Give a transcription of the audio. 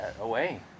away